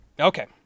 Okay